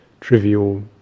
trivial